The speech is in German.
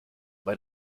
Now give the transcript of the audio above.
bei